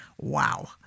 Wow